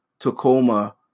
Tacoma